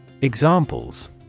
Examples